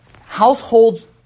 households